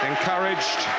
Encouraged